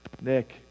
Nick